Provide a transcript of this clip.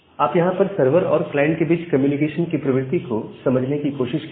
आप यहां पर सर्वर और क्लाइंट के बीच कम्युनिकेशन की प्रकृति को समझने की कोशिश कीजिए